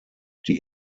die